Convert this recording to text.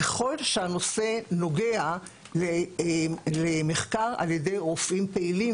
ככל שהנושא נוגע למחקר ע"י רופאים פעילים.